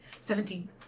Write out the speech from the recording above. Seventeen